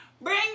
bring